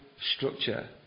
structure